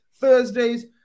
Thursdays